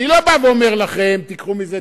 אני לא בא ואומר לכם תיקחו מזה,